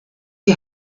die